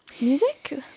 music